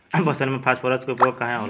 फसल में फास्फोरस के उपयोग काहे होला?